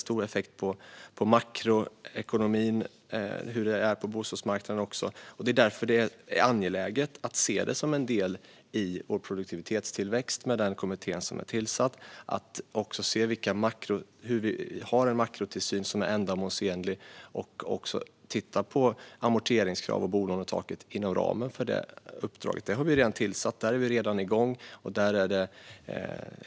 Läget på bostadsmarknaden får också stor effekt på makroekonomin, och det är därför angeläget att se detta som en del i vår produktivitetstillväxt. Den kommission som tillsatts ska inom ramen för sitt uppdrag titta på hur vi kan ha en ändamålsenlig makrotillsyn och på amorteringskrav och bolånetak. Där är vi alltså redan igång.